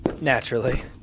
Naturally